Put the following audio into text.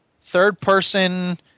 third-person